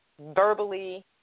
verbally